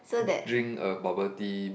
drink a bubble tea